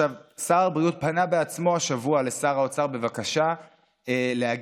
שר הבריאות פנה בעצמו השבוע לשר האוצר בבקשה להגיע